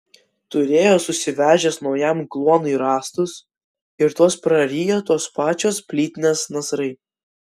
turėjo susivežęs naujam kluonui rąstus ir tuos prarijo tos pačios plytinės nasrai